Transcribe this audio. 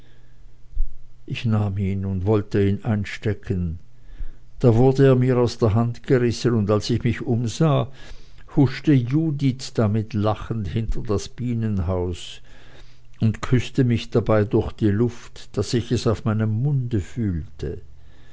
ich nahm ihn und wollte ihn einstecken da wurde er mir aus der hand gerissen und als ich mich umsah huschte judith damit lachend hinter das bienenhaus und küßte mich dabei durch die luft daß ich es auf meinem munde fühlte